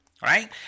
right